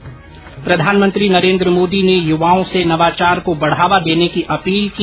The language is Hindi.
्र प्रधानमंत्री नरेन्द्र मोदी ने युवाओं से नवाचार को बढावा देने की अपील की